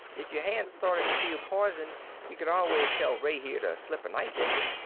if your hand started to feel poisoned you could always tell ray here to slip a knife in me.